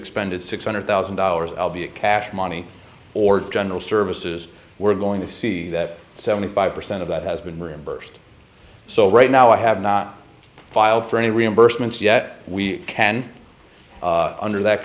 expended six hundred thousand dollars cash money or general services we're going to see that seventy five percent of that has been reimbursed so right now i have not filed for any reimbursements yet we can under that